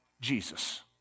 Jesus